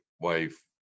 wife